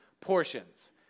portions